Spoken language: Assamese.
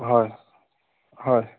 হয় হয়